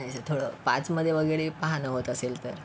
थोडं पाचमध्ये वगेरे पहा ना होत असेल तर